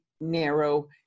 narrow